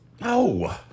No